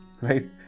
right